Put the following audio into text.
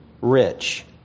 rich